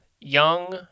young